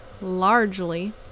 largely